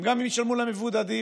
הם גם ישלמו למבודדים,